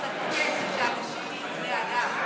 כל הזמן היה אומר שצריך לחוקק חוק שאנשים יהיו בני אדם.